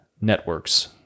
networks